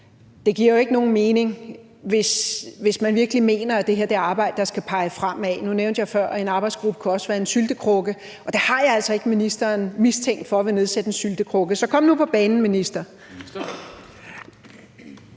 andet giver jo ikke nogen mening, hvis man virkelig mener, at det her arbejde skal pege fremad. Nu nævnte jeg før, at en arbejdsgruppe også kan være en syltekrukke, og jeg har altså ikke ministeren mistænkt for at ville gøre arbejdsgruppen til en syltekrukke, så kom nu på banen, minister.